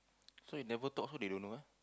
so you never talk how they don't know ah